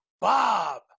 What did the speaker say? Bob